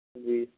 جی